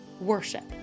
worship